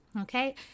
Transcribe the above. Okay